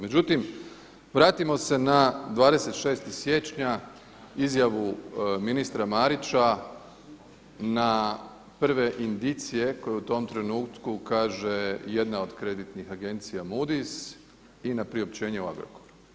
Međutim, vratimo se na 26. siječnja, izjavu ministra Marića na prve indicije koje u tom trenutku kaže jedna od kreditnih Agencija Moodys i na priopćenje o Agrokoru.